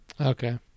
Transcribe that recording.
Okay